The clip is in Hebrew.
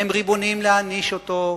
הם ריבוניים להעניש אותו,